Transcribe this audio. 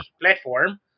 platform